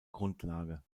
grundlage